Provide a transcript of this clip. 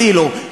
אפילו,